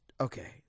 okay